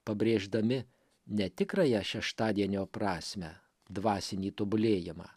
pabrėždami netikrąją šeštadienio prasmę dvasinį tobulėjimą